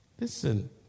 Listen